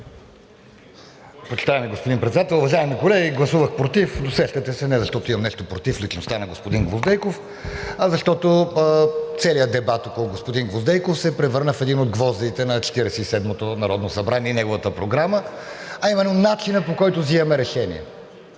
Уважаеми господин Председател, уважаеми колеги! Гласувах против, досещате се, не защото имам нещо против личността на господин Гвоздейков, а защото целият дебат около господин Гвоздейков се превърна в един от гвоздеите на Четиридесет и седмото народно събрание и неговата програма, а именно начинът, по който взимаме решения,